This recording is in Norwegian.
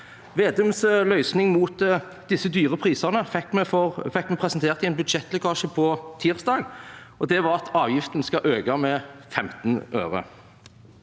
Vedums løsning mot disse høye prisene fikk vi presentert i en budsjettlekkasje på tirsdag, og det er at avgiften skal øke med 15 øre.